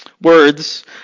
Words